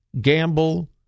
gamble